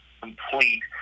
complete